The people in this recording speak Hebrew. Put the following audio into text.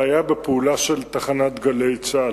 בעיה בפעולה של תחנת "גלי צה"ל",